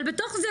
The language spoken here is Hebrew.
אבל בתוך זה,